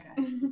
okay